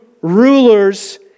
rulers